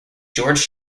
george